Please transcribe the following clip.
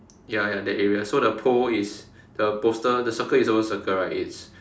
ya ya that area so the pole is the poster the circle is always circle right it's